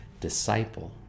disciple